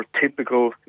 typical